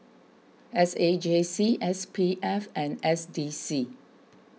S A J C S P F and S D C